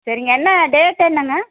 சரிங்க என்ன டேட்டு என்னங்க